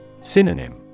Synonym